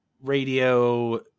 Radio